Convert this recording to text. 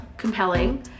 compelling